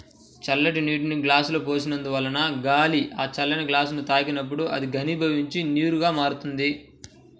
చల్లటి నీటిని గ్లాసులో పోసినందువలన గాలి ఆ చల్లని గ్లాసుని తాకినప్పుడు అది ఘనీభవించిన నీరుగా మారుతుంది